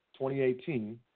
2018